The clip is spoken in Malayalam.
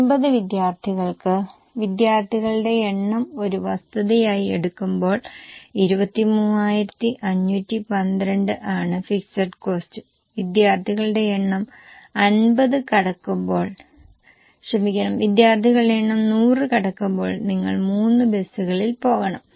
80 വിദ്യാർത്ഥികൾക്ക് വിദ്യാർത്ഥികളുടെ എണ്ണം ഒരു വസ്തുതയായി എടുക്കുമ്പോൾ 23512 ആണ് ഫിക്സഡ് കോസ്ററ് വിദ്യാർത്ഥികളുടെ എണ്ണം 50 കടക്കുമ്പോൾ ക്ഷമിക്കണം വിദ്യാർത്ഥികളുടെ എണ്ണം 100 കടക്കുമ്പോൾ നിങ്ങൾ 3 ബസുകളിൽ പോകണം